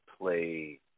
play